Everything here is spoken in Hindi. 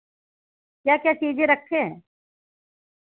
क्या क्या चीज़ें रखे हैं